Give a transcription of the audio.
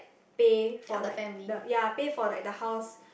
pay for like the ya pay for like the house